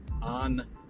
on